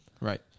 Right